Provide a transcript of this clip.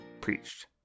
preached